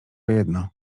jedno